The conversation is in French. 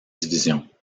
divisions